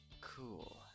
Cool